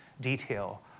detail